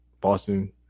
Boston